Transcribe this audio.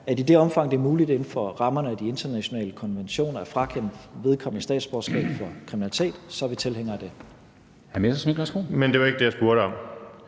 det er muligt inden for rammerne af de internationale konventioner at frakende vedkommende statsborgerskab for kriminalitet, er vi tilhængere af det. Kl. 13:49 Formanden (Henrik Dam